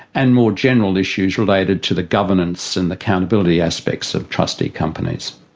and more general issues related to the governance and accountability aspects of trustee companies.